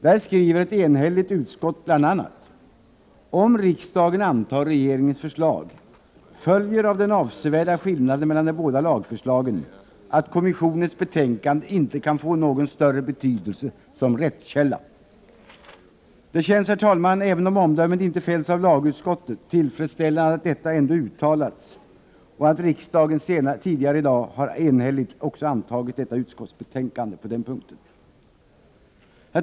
Där skriver ett enhälligt utskott bl.a.: ”Om riksdagen antar regeringens förslag följer av den avsevärda skillnaden mellan de båda lagförslagen att kommissionens betänkande inte kan få någon större betydelse som rättskälla.” Även om omdömet inte fällts av lagutskottet känns det, herr talman, tillfredsställande att detta ändå har uttalats och att riksdagen tidigare i dag har bifallit utskottsbetänkandet på denna punkt.